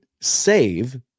save